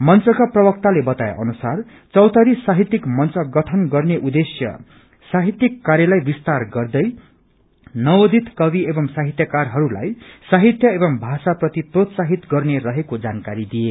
मंचका प्रवक्ताले बताए अनुसार चौतारी साहित्यिक मंच गठन गर्ने उद्देश्य सहित्यिक कार्यलाई विस्तार गर्दै नवोदित कवित एवं साहित्यिक कार्यलाई सहित्य एवं भाषा प्रति प्रोत्साहित गर्ने रहेको जानकारी दिए